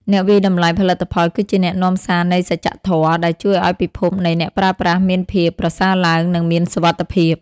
អ្នកវាយតម្លៃផលិតផលគឺជាអ្នកនាំសារនៃសច្ចធម៌ ដែលជួយឱ្យពិភពនៃអ្នកប្រើប្រាស់មានភាពប្រសើរឡើង និងមានសុវត្ថិភាព។